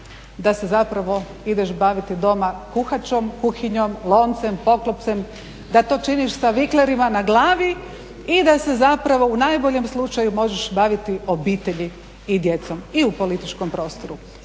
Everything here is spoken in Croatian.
da se zapravo ideš baviti doma kuhačom, kuhinjom, loncem, poklopcem, da to činiš sa viklerima na glavi i da se zapravo u najboljem slučaju možeš baviti obitelji i djecom i u političkom prostoru,